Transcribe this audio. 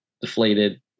deflated